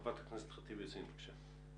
ח"כ ח'טיב יאסין בבקשה.